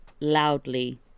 loudly